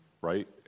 right